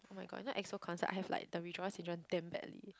[oh]-my-god you know EXO concert I have like the withdrawal syndrome damn badly